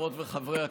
חברות וחברי הכנסת,